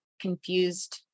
confused